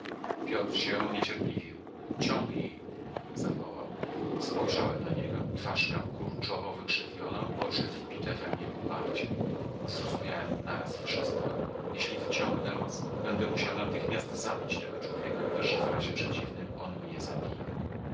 piotr się niecierpliwił ciągnij zawołał spojrzałem na niego twarz miał kurczowo wykrzywioną oczy wbite we mnie uparcie zrozumiałem naraz wszystko jeśli wyciągnę los będę musiał natychmiast zabić tego człowieka gdyż w razie przeciwnym on mnie zabije